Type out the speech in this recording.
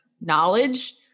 knowledge